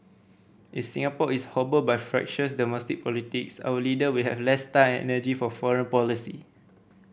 is Singapore is hobbled by fractious domestic politics our leader will have less time and energy for foreign policy